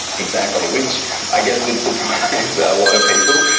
exactly, which i guess would surprise a lot of people,